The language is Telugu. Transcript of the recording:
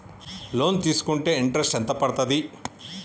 లోన్ తీస్కుంటే ఇంట్రెస్ట్ ఎంత పడ్తది?